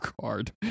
card